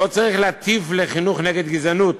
לא צריך להטיף לחינוך נגד גזענות,